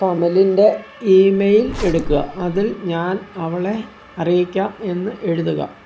കമലിൻ്റെ email എടുക്കുക അതിൽ ഞാൻ അവളെ അറിയിക്കാം എന്ന് എഴുതുക